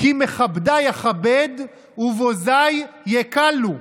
"כי מכבדי אכבד ובֹזַי יֵקָלּוּ".